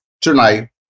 tonight